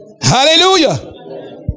Hallelujah